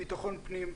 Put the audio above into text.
ביטחון פנים,